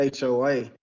HOA